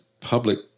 public